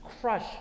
crush